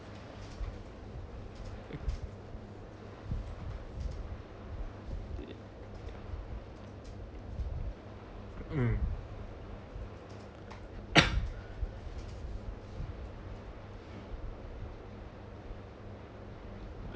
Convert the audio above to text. um